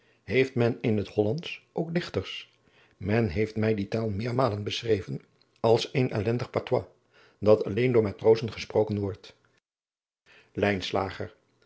heeft men in het hollandsch ook dichters men heeft mij die taal meermalen beschreven als een ellendig patois dat alleen door matrozen gesproken wordt